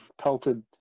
pelted